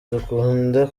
dukunda